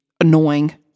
annoying